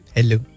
Hello